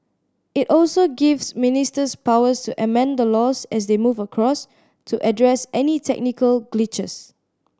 it also gives ministers powers to amend the laws as they move across to address any technical glitches